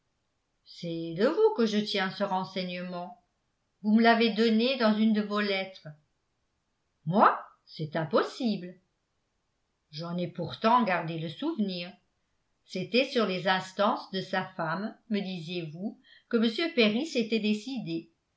c'est de vous que je tiens ce renseignement vous me l'avez donné dans une de vos lettres moi c'est impossible j'en ai pourtant gardé le souvenir c'était sur les instances de sa femme me disiez-vous que m perry s'était décidé